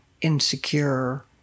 insecure